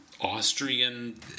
Austrian